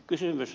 kysymys